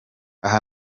aha